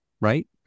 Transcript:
right